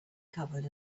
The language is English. covered